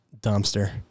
dumpster